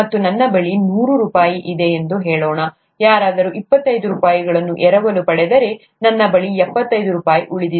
ಮತ್ತು ನನ್ನ ಬಳಿ ನೂರು ರೂಪಾಯಿ ಇದೆ ಎಂದು ಹೇಳೋಣ ಯಾರಾದರೂ ಇಪ್ಪತ್ತೈದು ರೂಪಾಯಿಗಳನ್ನು ಎರವಲು ಪಡೆದರೆ ನನ್ನ ಬಳಿ ಎಪ್ಪತ್ತೈದು ರೂಪಾಯಿ ಉಳಿದಿದೆ